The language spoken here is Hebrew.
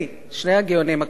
שני הגאונים הכלכליים,